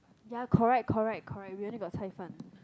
ya correct correct correct we only got chai fan